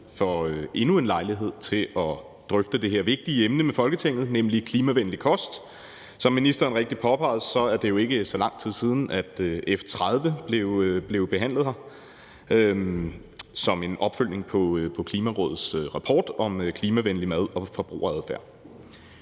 får endnu en lejlighed til at drøfte det her vigtige emne i Folketinget, nemlig klimavenlig kost. Som ministeren rigtigt påpegede, er det jo ikke så lang tid siden, at F 30 blev behandlet her som en opfølgning på Klimarådets rapport om klimavenlig mad og forbrugeradfærd.